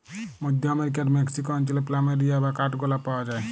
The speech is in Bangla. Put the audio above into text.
মধ্য আমরিকার মেক্সিক অঞ্চলে প্ল্যামেরিয়া বা কাঠগলাপ পাওয়া যায়